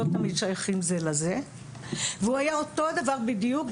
לא תמיד שייכים זה לזה והוא היה אותו דבר בדיוק,